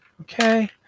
Okay